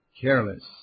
careless